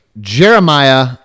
Jeremiah –